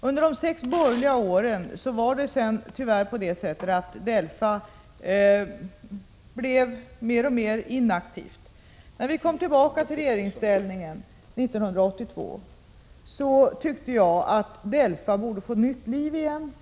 Under de sex borgerliga åren blev DELFA tyvärr alltmer inaktiv. När vi kom tillbaka till regeringsställning 1982 tyckte jag att DELFA borde få nytt liv.